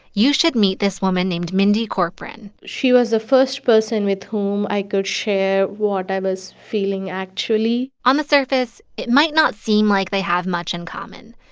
you should meet this woman named mindy corporon she was the first person with whom i could share what i was feeling actually on the surface, it might not seem like they have much in common.